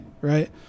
right